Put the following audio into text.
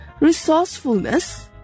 resourcefulness